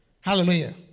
Hallelujah